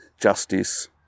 justice